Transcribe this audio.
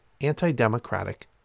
anti-democratic